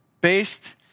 based